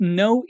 no